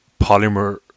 polymer